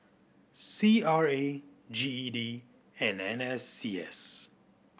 C R A G E D and N S C S